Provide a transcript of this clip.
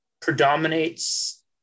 predominates